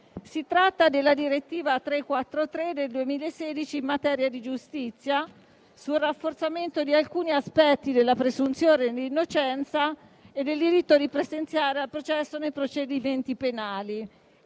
Si tratta della direttiva n. 343 del 2016 in materia di giustizia sul rafforzamento di alcuni aspetti della presunzione di innocenza e del diritto di presenziare al processo nei procedimenti penali.